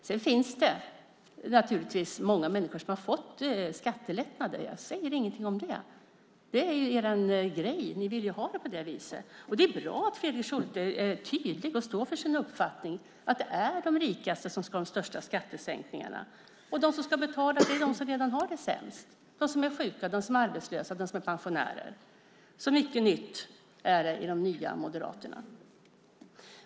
Sedan finns det naturligtvis många människor som har fått skattelättnader. Jag säger ingenting om det. Det är ju er grej. Ni vill ha det på det viset. Det är bra att Fredrik Schulte är tydlig och står för sin uppfattning att det är de rikaste som ska ha de största skattesänkningarna. Och de som ska betala är de som redan har det sämst: de som är sjuka, de som är arbetslösa och de som är pensionärer. Så mycket nytt är det i Nya moderaterna!